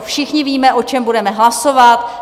Všichni víme, o čem budeme hlasovat?